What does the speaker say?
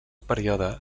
període